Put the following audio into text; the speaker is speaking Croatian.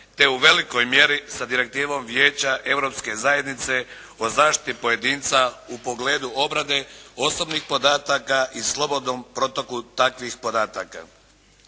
te u velikoj mjeri sa direktivom Vijeća Europske zajednice o zaštiti pojedinca u pogledu obrade osobnih podataka i slobodnom protoku takvih podataka.